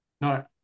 No